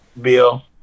Bill